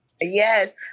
Yes